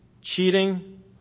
cheating